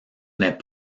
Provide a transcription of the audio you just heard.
n’est